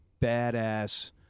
badass